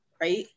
right